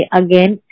again